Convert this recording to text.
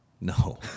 No